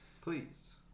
Please